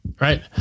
right